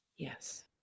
Yes